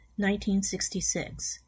1966